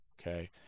okay